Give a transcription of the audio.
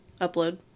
upload